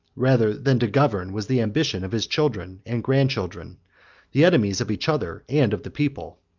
rather than to govern, was the ambition of his children and grandchildren the enemies of each other and of the people.